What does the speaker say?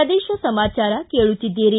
ಪ್ರದೇಶ ಸಮಾಚಾರ ಕೇಳುತ್ತಿದ್ದೀರಿ